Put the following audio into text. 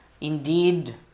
indeed